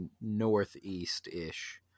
northeast-ish